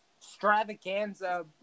stravaganza